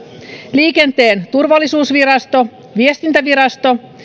liikenteen turvallisuusvirasto viestintävirasto